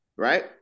Right